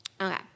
Okay